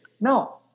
no